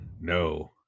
No